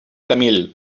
camil